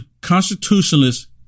constitutionalist